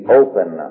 open